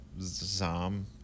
Zom